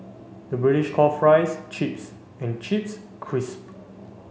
the British call fries chips and chips crisp